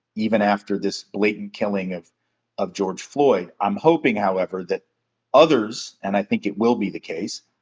even after this blatant killing of of george floyd. i'm hoping, however, that others, and i think it will be the case,